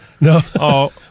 No